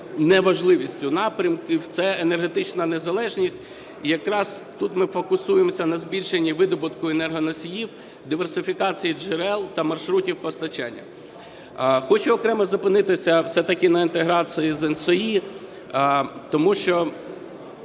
не важливістю напрямків, це енергетична незалежність. І, якраз тут ми фокусуємося на збільшенні видобутку енергоносіїв, диверсифікації джерел та маршрутів постачання. Хочу окремо зупинитися все-таки на інтеграції з ENTSO-E, тому що